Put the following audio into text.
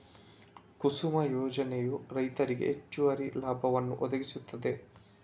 ಕುಸುಮ ಯೋಜನೆಯು ರೈತರಿಗೆ ಹೆಚ್ಚುವರಿ ಲಾಭವನ್ನು ಒದಗಿಸುತ್ತದೆ